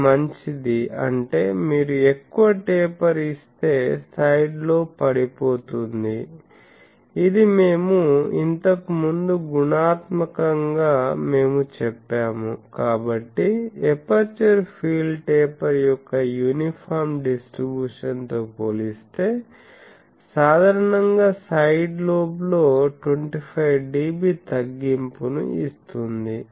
అది మంచిది అంటే మీరు ఎక్కువ టేపర్ ఇస్తే సైడ్ లోబ్ పడిపోతుంది ఇది మేము ఇంతకు ముందు గుణాత్మకంగా చెప్పాము కాబట్టి ఎపర్చరు ఫీల్డ్ టేపర్ యొక్క యూనిఫాం డిస్ట్రిబ్యూషన్ తో పోలిస్తే సాధారణంగా సైడ్ లోబ్లో 25 dB తగ్గింపును ఇస్తుంది